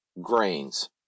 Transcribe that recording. grains